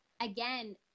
again